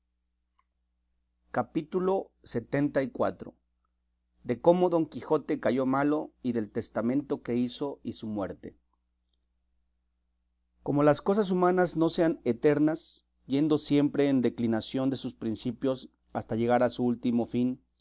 capítulo lxxiv de cómo don quijote cayó malo y del testamento que hizo y su muerte como las cosas humanas no sean eternas yendo siempre en declinación de sus principios hasta llegar a su último fin